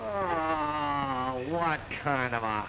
oh what kind of